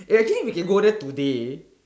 eh actually we can go there today